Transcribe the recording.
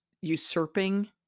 usurping